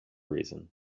reason